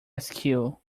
askew